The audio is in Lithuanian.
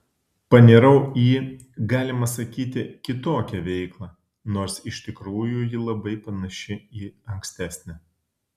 panirau į galima sakyti kitokią veiklą nors iš tikrųjų ji labai panaši į ankstesnę